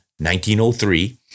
1903